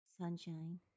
Sunshine